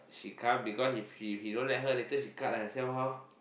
she can't because if he don't let her later she cut herself how